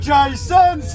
Jason